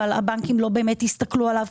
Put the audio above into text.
אבל הבנקים לא באמת הסתכלו עליו,